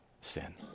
sin